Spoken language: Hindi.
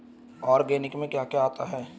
ऑर्गेनिक में क्या क्या आता है?